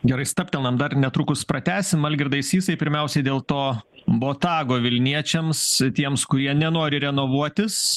gerai stabtelnam dar netrukus pratęsim algirdui sysai pirmiausiai dėl to botago vilniečiams tiems kurie nenori renovuotis